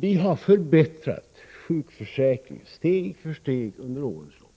Vi har förbättrat sjukförsäkringen steg för steg under årens lopp.